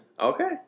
Okay